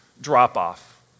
drop-off